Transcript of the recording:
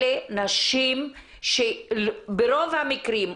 אלה נשים שברוב המקרים,